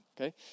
okay